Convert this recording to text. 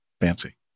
fancy